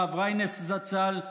הרב ריינס זצ"ל,